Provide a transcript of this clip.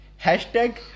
Hashtag